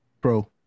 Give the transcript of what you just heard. bro